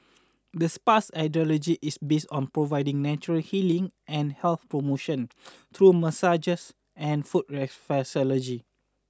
the spa's ideology is based on providing natural healing and health promotion through massage and foot reflexology